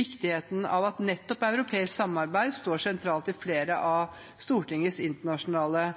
viktigheten av at europeisk samarbeid står sentralt i flere av Stortingets internasjonale